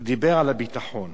הוא דיבר על הביטחון